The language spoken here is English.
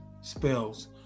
spells